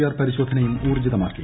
R പരിശോധനയും ഊർജ്ജിതമാക്കി